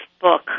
book